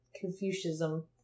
Confucianism